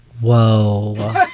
Whoa